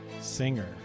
singer